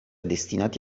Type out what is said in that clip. destinati